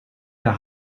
der